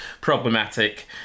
problematic